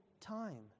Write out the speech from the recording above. time